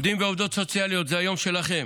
עובדים ועובדות סוציאליות, זה היום שלכם.